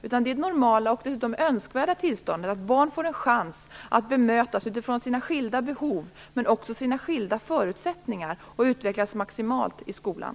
Det är det normala och dessutom önskvärda tillståndet att barn får en chans att bemötas utifrån sina skilda behov men också sina skilda förutsättningar och utvecklas maximalt i skolan.